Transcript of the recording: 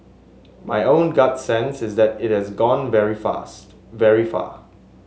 my own gut sense is that it has gone very fast very far